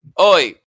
Oi